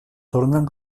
tornen